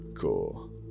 Cool